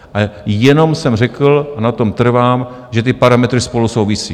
A jenom jsem řekl a na tom trvám, že ty parametry spolu souvisí.